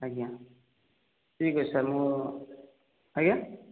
ଆଜ୍ଞା ଠିକ୍ ଅଛି ସାର୍ ମୁଁ ଆଜ୍ଞା